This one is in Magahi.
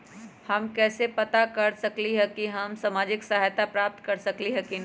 हम कैसे पता कर सकली ह की हम सामाजिक सहायता प्राप्त कर सकली ह की न?